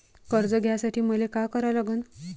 कर्ज घ्यासाठी मले का करा लागन?